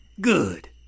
Good